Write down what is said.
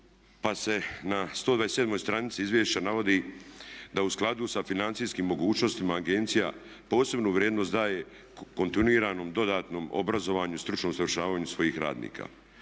pa se na 127 stranici izvješća navodi da u skladu sa financijskim mogućnostima agencija posebnu vrijednost daje kontinuiranom dodatnom obrazovanju i stručnom usavršavanju svojih radnika.